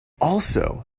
also